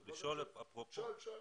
בבקשה.